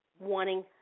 Wanting